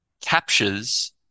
captures